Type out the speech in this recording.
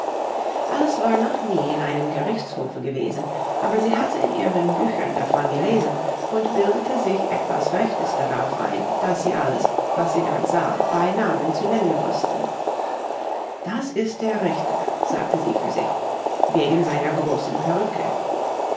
alice war noch nie in einem gerichtshofe gewesen aber sie hatte in ihren büchern davon gelesen und bildete sich etwas rechtes darauf ein daß sie alles was sie dort sah bei namen zu nennen wußte das ist der richter sagte sie für sich wegen seiner großen perrücke